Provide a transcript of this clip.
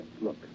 Look